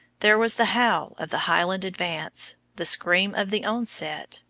there was the howl of the highland advance, the scream of the onset,